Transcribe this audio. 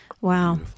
Wow